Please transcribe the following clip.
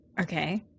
Okay